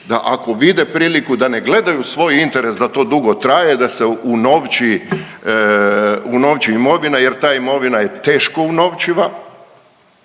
da ako vide priliku da ne gledaju svoj interes da to dugo traje, da se unovči, unovči imovina jer ta imovina je teško unovčiva.